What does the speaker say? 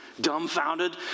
dumbfounded